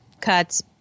cuts